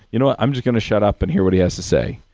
you know what? i'm just going to shut up and hear what he has to say,